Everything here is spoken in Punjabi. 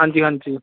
ਹਾਂਜੀ ਹਾਂਜੀ